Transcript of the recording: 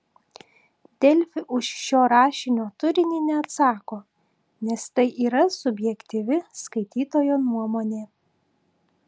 delfi už šio rašinio turinį neatsako nes tai yra subjektyvi skaitytojo nuomonė